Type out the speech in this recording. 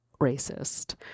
racist